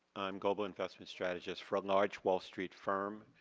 i'm global investment strategist for a large wall street firm.